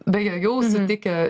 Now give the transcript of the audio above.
beje jau sutikę